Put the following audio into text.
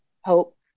hope